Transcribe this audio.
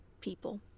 people